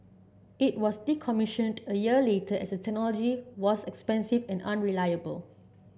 it was decommissioned a year later as the technology was expensive and unreliable